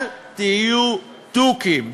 אל תהיו תוכים,